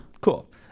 Cool